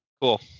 Cool